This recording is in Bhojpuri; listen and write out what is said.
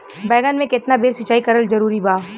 बैगन में केतना बेर सिचाई करल जरूरी बा?